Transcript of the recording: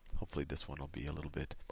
hopefully this one will be a little bit